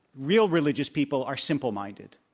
real religious people are simple-minded.